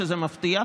וזה מפתיע.